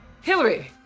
Hillary